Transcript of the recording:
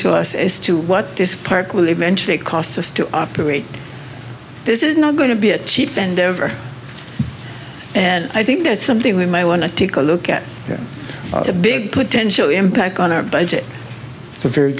to us as to what this park will eventually cost us to operate this is not going to be a cheap bend over and i think that's something we may want to take a look at the big potential impact on our budget